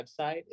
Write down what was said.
website